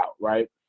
Right